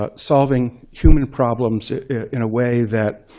ah solving human problems in a way that,